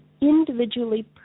individually